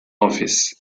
office